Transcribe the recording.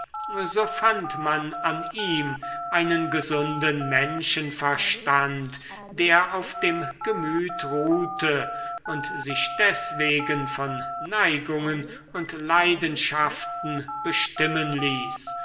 so fand man an ihm einen gesunden menschenverstand der auf dem gemüt ruhte und sich deswegen von neigungen und leidenschaften bestimmen ließ